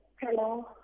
Hello